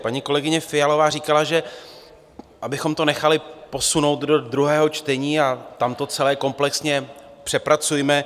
Paní kolegyně Fialová říkala, že abychom to nechali posunout do druhého čtení a tam to celé komplexně přepracujme.